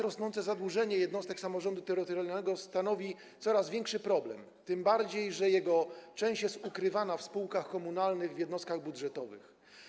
Rosnące od lat zadłużenie jednostek samorządu terytorialnego stanowi coraz większy problem, tym bardziej że część tego zadłużenia jest ukrywana w spółkach komunalnych, w jednostkach budżetowych.